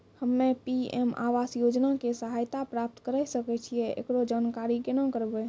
हम्मे पी.एम आवास योजना के सहायता प्राप्त करें सकय छियै, एकरो जानकारी केना करबै?